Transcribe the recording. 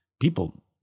people